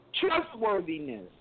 trustworthiness